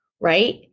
Right